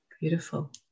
Beautiful